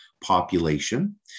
population